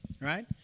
right